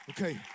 Okay